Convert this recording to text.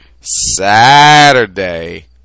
saturday